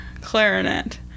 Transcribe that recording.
clarinet